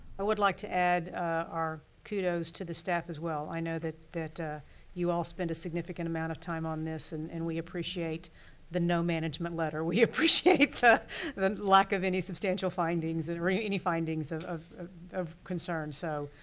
i would like to add our kudos to the staff as well. i know that that ah you all spend a significant amount of time on this and and we appreciate the no management letter. we appreciate the lack of any substantial findings or any findings of of of concern so,